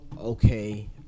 okay